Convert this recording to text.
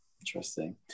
interesting